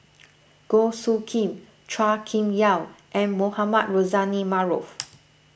Goh Soo Khim Chua Kim Yeow and Mohamed Rozani Maarof